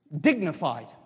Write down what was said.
dignified